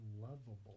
lovable